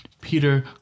Peter